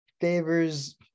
favors